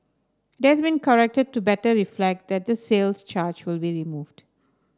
it has been corrected to better reflect that the sales charge will be removed